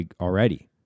already